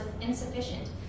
insufficient